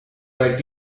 might